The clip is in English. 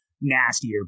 nastier